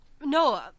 No